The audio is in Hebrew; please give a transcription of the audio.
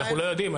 אנחנו לא יודעים.